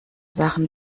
sachen